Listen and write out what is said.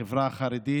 ולחברה החרדית,